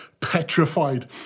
petrified